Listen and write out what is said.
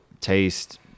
taste